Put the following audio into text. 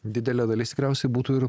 didelė dalis tikriausiai būtų ir